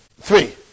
three